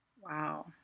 Wow